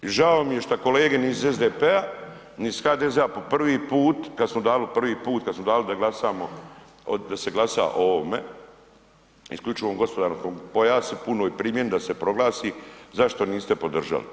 I žao mi što kolege ni iz SDP-a, ni iz HDZ-a po prvi put kad smo dali po prvi put, kad smo dali da glasamo, da se glasa o ovome, isključivom gospodarskom pojasu i punoj primjeni da se proglasi, zašto niste podržali?